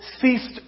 ceased